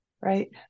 right